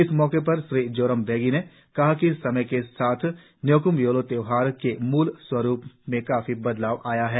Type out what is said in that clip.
इस मौके पर श्री जोरम बेगी ने कहा कि समय के साथ न्योक्म य्लो त्योहार के म्रल स्वरुप में काफी बदलाव आया है